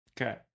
Okay